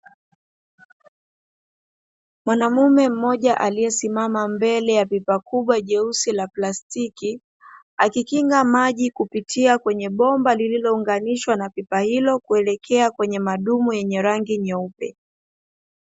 Mwanamume mmoja aliyesimama mbele ya pipa kubwa jeusi la plastiki akikinga maji kupitia kwenye bomba lililounganishwa na pipa hilo kuelekea kwenye madumu yenye rangi nyeupe.